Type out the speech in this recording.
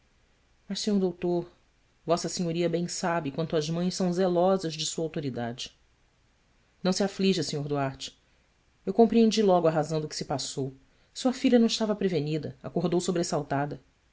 mas sr doutor v s bem sabe quanto as mães são zelosas de sua autoridade ão se aflija sr duarte eu compreendi logo a razão do que se passou sua filha não estava prevenida acordou